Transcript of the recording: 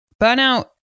burnout